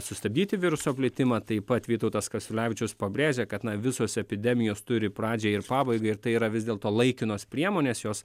sustabdyti viruso plitimą taip pat vytautas kasiulevičius pabrėžė kad na visos epidemijos turi pradžią ir pabaigą ir tai yra vis dėlto laikinos priemonės jos